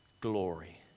glory